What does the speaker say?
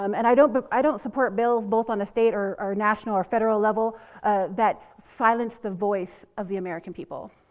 um and i don't, but i don't support bills both on a state, or or national, or federal level that silence the voice of the american people.